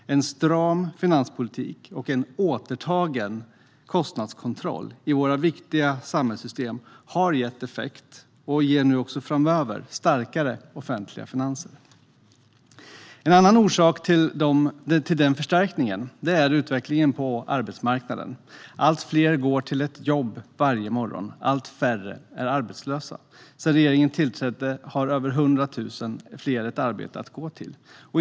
En stram finanspolitik och en återtagen kostnadskontroll i våra viktiga samhällssystem har gett effekt och ger nu också framöver starkare offentliga finanser. En annan orsak till förstärkningen är utvecklingen på arbetsmarknaden. Allt fler går till ett jobb varje morgon. Allt färre är arbetslösa. Sedan regeringen tillträdde har över 100 000 fler ett arbete att gå till.